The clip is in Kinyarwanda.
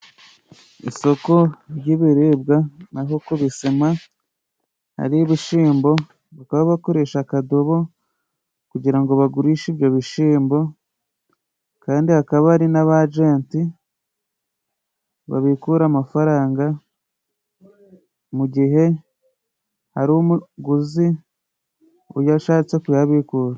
Isoko ry'ibiribwa aho ku bisima hari ibishyimbo, bakaba bakoresha akadobo kugira ngo bagurishe ibyo bishyimbo, kandi hakaba hari n'abajenti babikura amafaranga mu gihe hari umuguzi uya ashatse kuyabikuza.